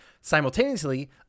Simultaneously